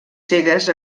cegues